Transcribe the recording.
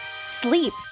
sleep